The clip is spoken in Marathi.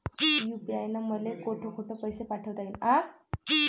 यू.पी.आय न मले कोठ कोठ पैसे पाठवता येईन?